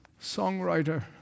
songwriter